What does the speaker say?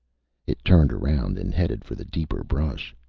it turned around and headed for the deeper brush.